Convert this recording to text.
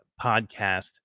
podcast